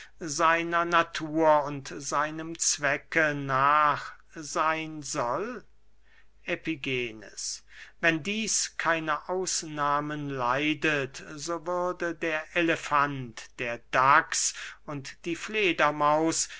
seiner natur und seinem zwecke nach seyn soll epigenes wenn dieß keine ausnahmen leidet so würde der elefant der dachs und die fledermaus